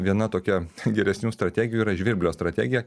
viena tokia geresnių strategijų yra žvirblio strategija